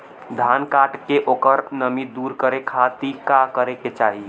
धान कांटेके ओकर नमी दूर करे खाती का करे के चाही?